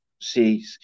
See